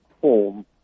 form